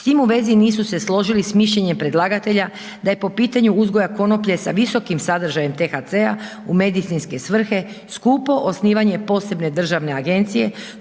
S tim u vezi nisu se složili s mišljenjem predlagatelja da je po pitanju uzgoja konoplje sa visokim sadržajem THC-a u medicinske svrhe skupo osnivanje posebne državne agencije